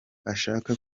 ashaka